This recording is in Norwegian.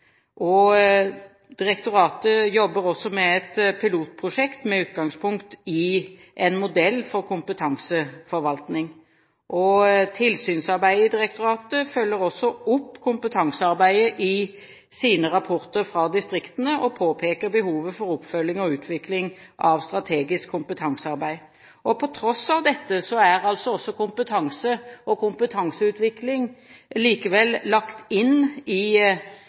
særorgan. Direktoratet jobber også med et pilotprosjekt med utgangspunkt i en modell for kompetanseforvaltning. Tilsynet i direktoratet følger også opp kompetansearbeidet i sine rapporter fra distriktene og påpeker behovet for oppfølging og utvikling av strategisk kompetansearbeid. På tross av dette er kompetanse og kompetanseutvikling lagt inn i